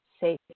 safety